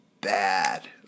bad